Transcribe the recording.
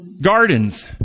gardens